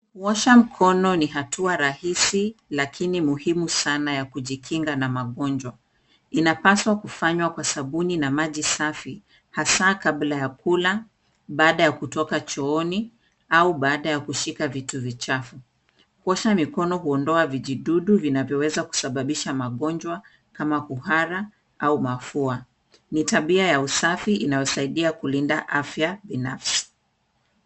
Kuosha mkono ni hatua rahisi lakini muhimu sana ya kujikinga na magonjwa. Inapaswa kufanywa kwa sabuni na maji safi hasa kabla ya kula, baada ya kutoka chooni au baada ya kushika vitu vichafu. Kuosha mikono huondoa vijidudu vinavyoweza kusababisha magonjwa kama kuhara au mafua. Ni tabia ya usafi inayosaidia kulinda afya binafsi.